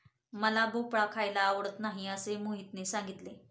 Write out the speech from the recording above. मला भोपळा खायला आवडत नाही असे मोहितने सांगितले